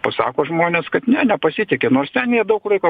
pasako žmonės kad ne nepasitiki nors ten jie daug laiko